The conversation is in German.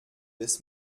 bis